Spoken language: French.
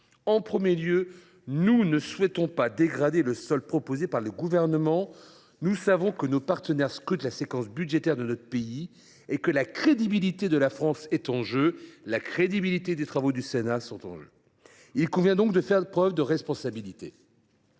d’abord, nous ne souhaitons pas dégrader le solde proposé par le Gouvernement. Nous savons que nos partenaires scrutent la séquence budgétaire de notre pays et que la crédibilité de la France est en jeu, de même que celle des travaux du Sénat. Il convient donc de faire preuve de responsabilité.